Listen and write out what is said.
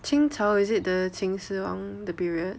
清朝 is it the 秦始皇的 period